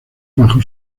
bajo